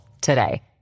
today